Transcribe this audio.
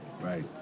Right